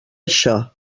això